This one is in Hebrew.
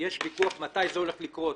ויכוח מתי זה הולך לקרות,